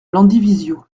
landivisiau